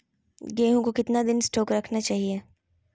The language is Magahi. गेंहू को कितना दिन स्टोक रखना चाइए?